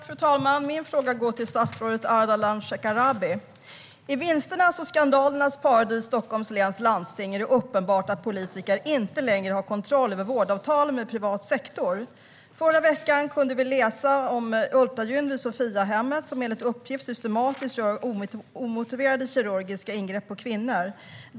Fru talman! Min fråga går till statsrådet Ardalan Shekarabi. I vinsternas och skandalernas paradis Stockholms läns landsting är det uppenbart att politiker inte längre har kontroll över vårdavtalen med den privata sektorn. Förra veckan kunde vi läsa om Ultragyn vid Sophiahemmet, som enligt uppgift systematiskt gör omotiverade kirurgiska ingrepp på kvinnor.